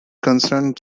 concerned